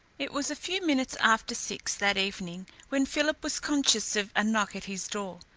it was a few minutes after six that evening when philip was conscious of a knock at his door.